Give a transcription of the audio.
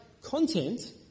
content